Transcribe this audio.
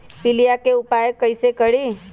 पीलिया के उपाय कई से करी?